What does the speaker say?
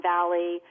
Valley